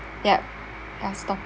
yup I'll stop